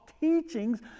teachings